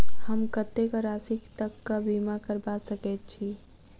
हम कत्तेक राशि तकक बीमा करबा सकैत छी?